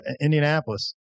Indianapolis